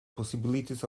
possibilities